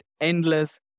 endless